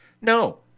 No